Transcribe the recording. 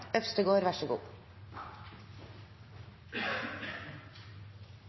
mjølkebønder: Ver så